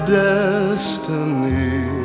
destiny